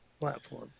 platform